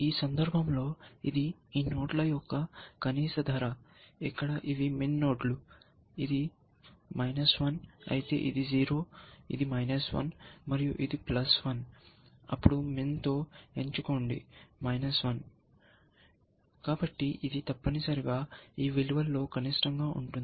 ఈ సందర్భంలో ఇది ఈ నోడ్ల యొక్క కనీస ధర ఇక్కడ ఇవి MIN నోడ్లు ఇది అయితే ఇది 0 ఇది మరియు ఇది 1 అప్పుడు MIN తో ఎంచుకోండి కాబట్టి ఇది తప్పనిసరిగా ఈ విలువలో కనిష్టంగా ఉంటుంది